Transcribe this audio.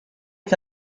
est